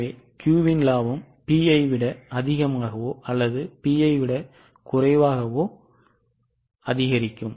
எனவே Q இன் லாபம் P ஐ விட அதிகமாகவோ அல்லது P ஐ விடக் குறைவாகவோ அதிகரிக்கும்